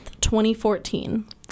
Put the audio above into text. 2014